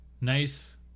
nice